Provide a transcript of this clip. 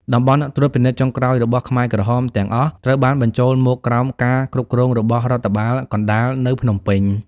តំបន់ត្រួតពិនិត្យចុងក្រោយរបស់ខ្មែរក្រហមទាំងអស់ ត្រូវបានបញ្ចូលមកក្រោមការគ្រប់គ្រងរបស់រដ្ឋបាលកណ្តាលនៅភ្នំពេញ។